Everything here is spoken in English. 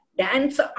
dance